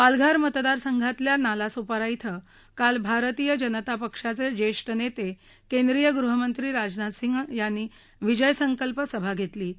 पालघर मतदार संघातल्या नालासोपारा इथं काल भारतीय जनता पक्षाचख्यिष्टीनेशिंद्रीय गृहमंत्री राजनाथसिंह यांनी विजय संकल्प सभा घस्तिी